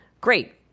Great